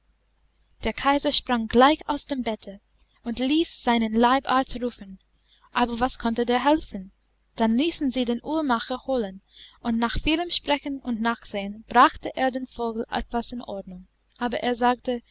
der kaiser sprang gleich aus dem bette und ließ seinen leibarzt rufen aber was konnte der helfen dann ließen sie den uhrmacher holen und nach vielem sprechen und nachsehen brachte er den vogel etwas in ordnung aber er sagte